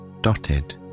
dotted